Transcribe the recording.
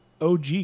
OG